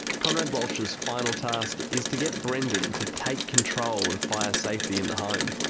conrad walsh's final task is to get brendan to take control of fire safety in the home.